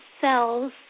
cells